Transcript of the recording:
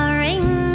ring